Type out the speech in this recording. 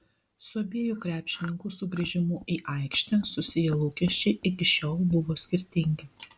su abiejų krepšininkų sugrįžimu į aikštę susiję lūkesčiai iki šiol buvo skirtingi